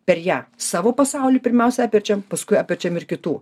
per ją savo pasaulį pirmiausia apverčiam paskui apverčiam ir kitų